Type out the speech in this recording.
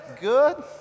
Good